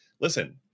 listen